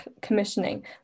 commissioning